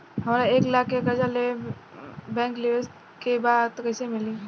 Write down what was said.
हमरा एक लाख के कर्जा बैंक से लेवे के बा त कईसे मिली?